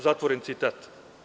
Zatvoren citat.